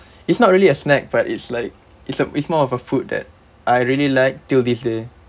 it's not really a snack but it's like it's a it's more of a food that I really like till this day